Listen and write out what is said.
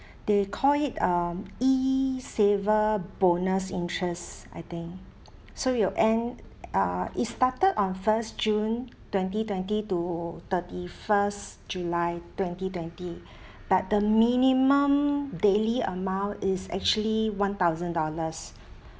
they call it um E saver bonus interest I think so it'll end uh it started on first june twenty twenty to thirty-first july twenty twenty but the minimum daily amount is actually one thousand dollars